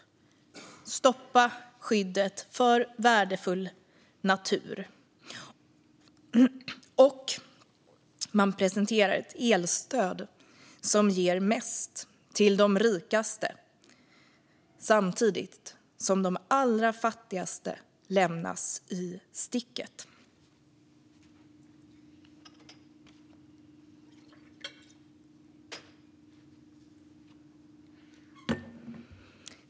Man stoppar skyddet av värdefull natur, och man presenterar ett elstöd som ger mest till de rikaste samtidigt som de allra fattigaste lämnas i sticket.